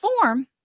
form